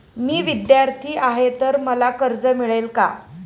मी विद्यार्थी आहे तर मला कर्ज मिळेल का?